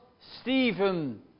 Stephen